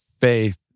faith